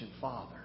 father